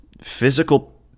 physical